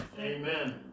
Amen